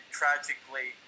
tragically